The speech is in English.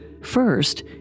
First